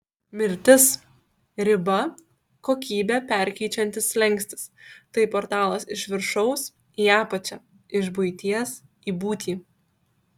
mirtis riba kokybę perkeičiantis slenkstis tai portalas iš viršaus į apačią iš buities į būtį